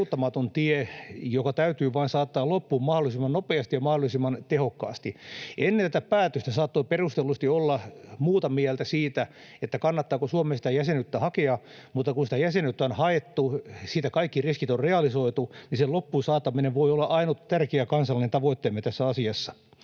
peruuttamaton tie, joka täytyy vain saattaa loppuun mahdollisimman nopeasti ja mahdollisimman tehokkaasti. Ennen tätä päätöstä saattoi perustellusti olla muuta mieltä siitä, kannattaako Suomen sitä jäsenyyttä hakea, mutta kun sitä jäsenyyttä on haettu, siitä kaikki riskit on realisoitu, niin sen loppuun saattaminen voi olla ainut tärkeä kansallinen tavoitteemme tässä asiassa.